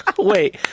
wait